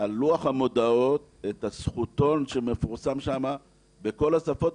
על לוח המודעות את הזכותון שמפורסם שם בכל השפות,